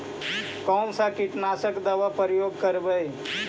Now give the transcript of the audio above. कोन सा कीटनाशक दवा उपयोग करबय?